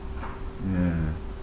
ya